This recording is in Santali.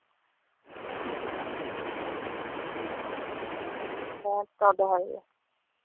ᱦᱮᱸᱛᱚ ᱫᱚᱦᱚᱭᱮᱜᱼᱟᱹᱧ